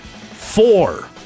Four